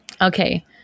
Okay